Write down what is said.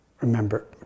remember